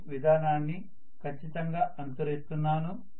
Sen విధానాన్నిఖచ్చితంగా అనుసరిస్తున్నాను